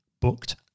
booked